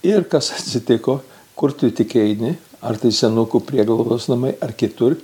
ir kas atsitiko kur tu tik eini ar tai senukų prieglaudos namai ar kitur